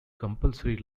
compulsory